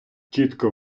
чітко